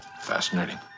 Fascinating